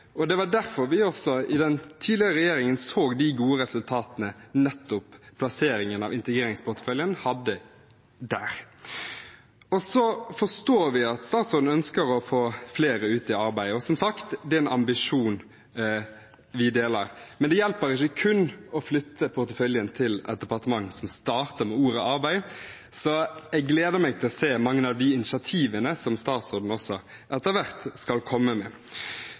Det var derfor vi også, i den tidligere regjeringen, så de gode resultatene som plasseringen av integreringsporteføljen hadde der. Vi forstår at statsråden ønsker å få flere ut i arbeid, og det er som sagt en ambisjon vi deler, men det hjelper ikke kun å flytte porteføljen til et departement som starter med ordet «arbeid». Så jeg gleder meg til å se mange av de initiativene som statsråden også etter hvert skal komme med.